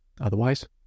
Otherwise